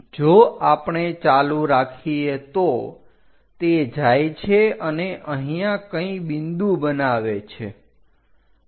જો આપણે ચાલુ રાખીએ તો તે જાય છે અને અહીંયા કંઇ બિંદુ બનાવે છે